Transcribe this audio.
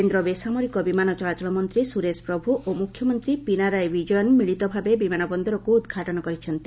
କେନ୍ଦ୍ର ବେସାମରିକ ବିମାନ ଚଳାଚଳ ମନ୍ତ୍ରୀ ସୁରେଶ ପ୍ରଭୁ ଓ ମୁଖ୍ୟମନ୍ତ୍ରୀ ପିନାରାଇ ବିଜୟନ୍ ମିଳିତ ଭାବେ ବିମାନ ବନ୍ଦରକୁ ଉଦ୍ଘାଟନ କରିଛନ୍ତି